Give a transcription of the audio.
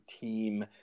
team